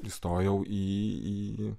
įstojau į į